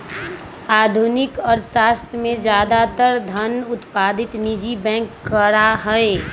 आधुनिक अर्थशास्त्र में ज्यादातर धन उत्पत्ति निजी बैंक करा हई